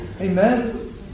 Amen